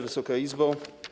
Wysoka Izbo!